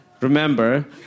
remember